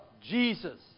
Jesus